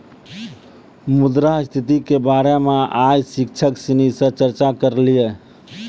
मुद्रा स्थिति के बारे मे आइ शिक्षक सिनी से चर्चा करलिए